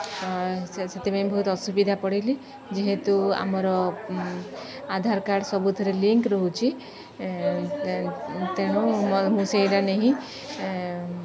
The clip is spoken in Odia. ସେଥିପାଇଁ ବହୁତ ଅସୁବିଧା ପଡ଼ିଲି ଯେହେତୁ ଆମର ଆଧାର୍ କାର୍ଡ଼ ସବୁଥିରେ ଲିଙ୍କ୍ ରହୁଛି ତେଣୁ ମୁଁ ସେଇଟା ନେଇ ହିଁ